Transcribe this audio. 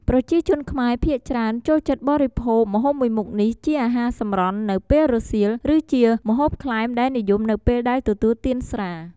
ប្រជាជនខ្មែរភាគច្រើន ចូលចិត្តបរិភោគម្ហូបមួយនេះជាអាហារសម្រន់ នៅពេលរសៀល ឬជាម្ហូបក្លែមដែលនិយមនៅពេលដែលទទួលទានស្រា។